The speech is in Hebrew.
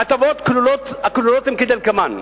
ההטבות הכלולות הן כדלקמן: